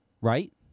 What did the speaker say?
right